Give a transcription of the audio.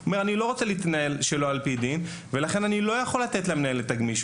הם אומרים: "אנחנו לא רוצים להתנהל שלא על פי דין,